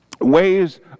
ways